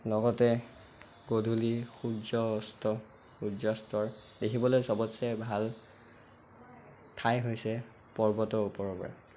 লগতে গধূলিৰ সূৰ্য অস্ত সূৰ্যাস্তৰ দেখিবলৈ চবতচে ভাল ঠাই হৈছে পৰ্বতৰ ওপৰৰপৰা